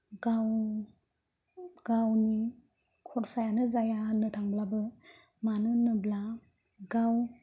गाव गावनि खरसायानो जाया होननो थांब्लाबो मानो होनोब्ला गाव